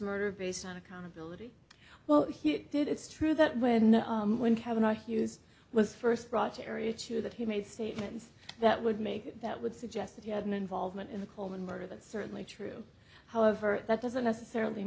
murder based on accountability well he did it's true that when one cavanaugh hughes was first brought to area two that he made statements that would make that would suggest that he had no involvement in the coleman murder that's certainly true however that doesn't necessarily